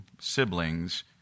siblings